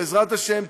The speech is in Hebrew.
בעזרת השם,